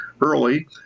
early